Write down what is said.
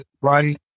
Right